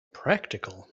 practical